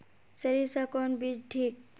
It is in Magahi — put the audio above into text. सरीसा कौन बीज ठिक?